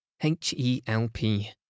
H-E-L-P